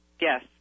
Yes